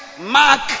Mark